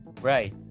Right